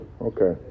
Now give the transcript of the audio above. Okay